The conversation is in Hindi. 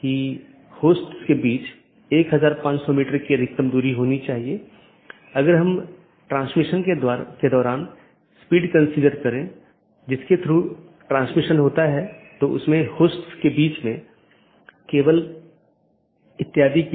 गैर संक्रमणीय में एक और वैकल्पिक है यह मान्यता प्राप्त नहीं है इस लिए इसे अनदेखा किया जा सकता है और दूसरी तरफ प्रेषित नहीं भी किया जा सकता है